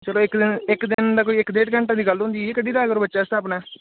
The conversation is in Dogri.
चलो इक दिन इक दिन दा कोई इक डेढ घैंटे दी गल्ल होंदी ऐ कड्ढी लै करो बच्चे आस्तै अपने